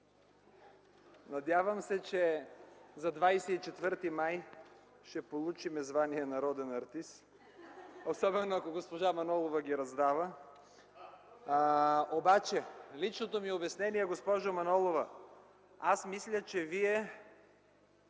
Надявам се, че за 24 май ще получим звание „народен артист”, особено ако госпожа Манолова ги раздава. Личното ми обяснение, госпожо Манолова, аз мисля, че Вие